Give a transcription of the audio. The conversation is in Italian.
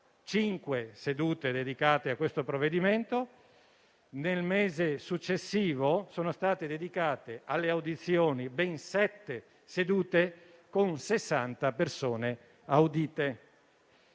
sedute dedicate a questo provvedimento, mentre nel mese successivo sono state dedicate alle audizioni ben sette sedute, con 60 persone audite.